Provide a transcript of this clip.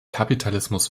kapitalismus